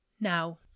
Now